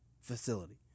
facility